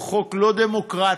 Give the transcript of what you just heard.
הוא חוק לא דמוקרטי,